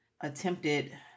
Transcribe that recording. attempted